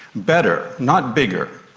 better, not bigger.